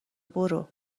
برو